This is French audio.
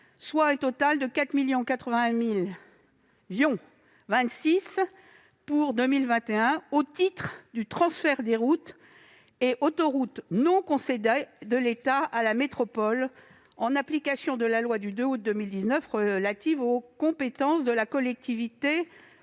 soit un total de 4 081 026 euros pour 2021 au titre du transfert des routes et autoroutes non concédées de l'État à la métropole, en application de la loi du 2 août 2019 relative aux compétences de la Collectivité